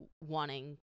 wanting